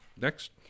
Next